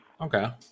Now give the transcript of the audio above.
Okay